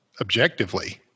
objectively